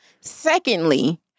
Secondly